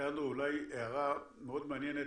אנדרו, אולי הערה מאוד מעניינת,